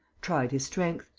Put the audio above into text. tried his strength.